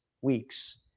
week's